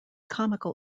comical